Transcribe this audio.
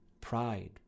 pride